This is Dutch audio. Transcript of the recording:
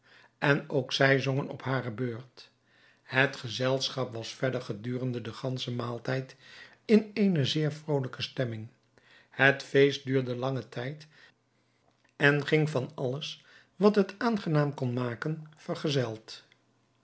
en ook zij zongen op hare beurt het gezelschap was verder gedurende den ganschen maaltijd in eene zeer vrolijke stemming het feest duurde langen tijd en ging van alles wat het aangenaam kon maken vergezeld